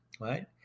right